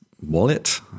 Wallet